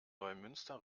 neumünster